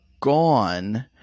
gone